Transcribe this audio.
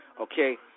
Okay